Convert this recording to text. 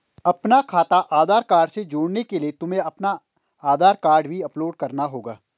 अपना खाता आधार कार्ड से जोड़ने के लिए तुम्हें अपना आधार कार्ड भी अपलोड करना होगा